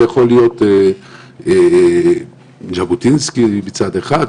זה יכול להיות ז'בוטינסקי מצד אחד,